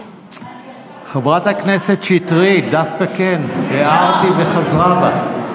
חברת הכנסת שטרית, דווקא כן, הערתי, וחזרה בה.